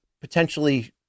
potentially –